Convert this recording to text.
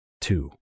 Two